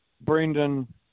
Brendan